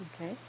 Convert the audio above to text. Okay